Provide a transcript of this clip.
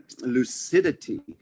lucidity